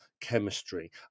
chemistry